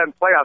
playoffs